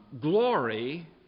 glory